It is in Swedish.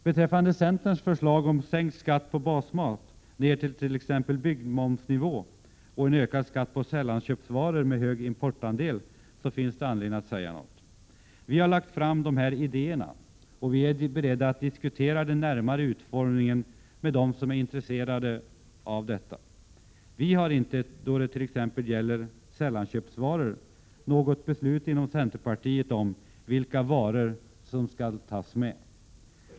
Beträffande centerns förslag om en sänkt skatt på basmat ned till t.ex. byggmomsnivå och en ökad skatt på sällanköpsvaror med hög importandel finns det anledning att säga något. Vi har lagt fram dessa idéer och är beredda att diskutera den närmare utformningen med dem som är intresserade. Vi har inte då det t.ex. gäller sällanköpsvaror inom centerpartiet fattat något beslut om vilka varor som skall tas med.